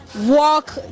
walk